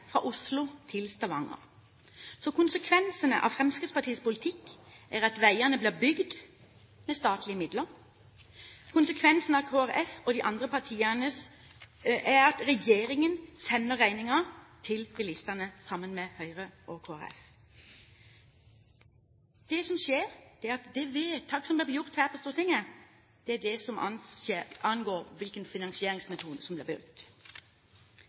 fra Oslo til Stavanger. Konsekvensene av Fremskrittspartiets politikk er at veiene blir bygd med statlige midler. Konsekvensene av Kristelig Folkeparti og de andre partienes politikk er at regjeringen sender regningen til bilistene. Det som skjer, er at det vedtaket som blir gjort her på Stortinget, er det som angir hvilken finansieringsmetode som blir brukt.